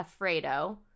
Afredo